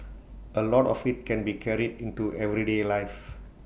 A lot of IT can be carried into everyday life